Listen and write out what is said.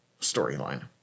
storyline